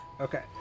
Okay